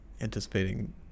anticipating